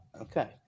okay